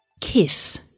KISS